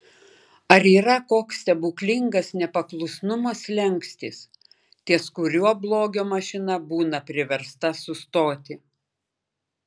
ar yra koks stebuklingas nepaklusnumo slenkstis ties kuriuo blogio mašina būna priversta sustoti